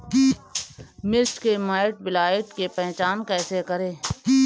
मिर्च मे माईटब्लाइट के पहचान कैसे करे?